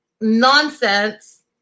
nonsense